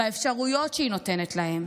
באפשרויות שהיא נותנת להם,